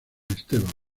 esteban